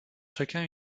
chacun